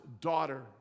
daughter